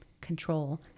control